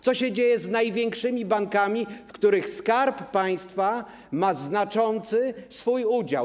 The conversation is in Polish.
Co się dzieje z największymi bankami, w których Skarb Państwa ma swój znaczący udział?